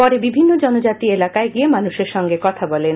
পরে বিভিন্ন জনজাতি এলাকায় গিয়ে মানুষের সঙ্গে কথা বলেন